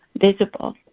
visible